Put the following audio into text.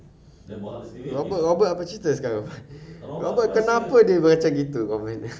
robert robert apa cerita sekarang robert kenapa dia macam gitu